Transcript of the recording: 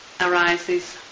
arises